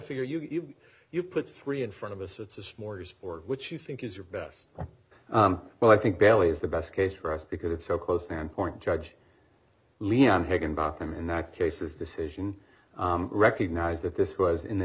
figure you did you put three in front of us it's a smorgasbord which you think is your best well i think bail is the best case for us because it's so close and point judge leon higginbotham in that case is decision recognized that this was in the